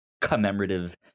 commemorative